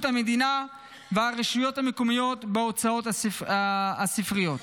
המדינה והרשויות המקומיות בהוצאות הספריות.